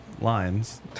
lines